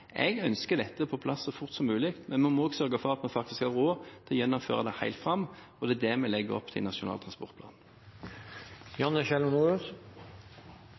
Jeg ønsker dette på plass så fort som mulig, men vi må også sørge for at vi faktisk har råd til å gjennomføre det helt fram. Det er det vi legger opp til i Nasjonal